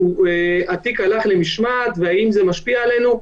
שהתיק הלך למשמעת והאם זה משפיע עלינו.